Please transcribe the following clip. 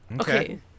Okay